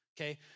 okay